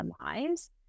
lives